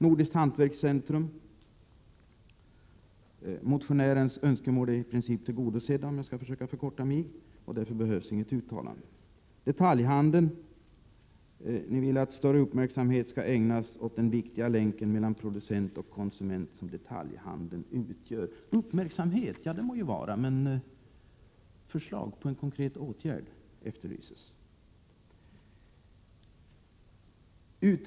De önskemål som framförs i reservation 23 om ett nordiskt hantverkscentrum är i princip redan tillgodosedda och därför behövs inget uttalande. I reservation 24 om detaljhandeln vill reservanterna att större uppmärksamhet skall ägnas åt den viktiga länk mellan producent och konsument som detaljhandeln utgör. ”Uppmärksamhet” må vara, men förslag till konkreta åtgärder efterlyses.